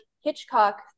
Hitchcock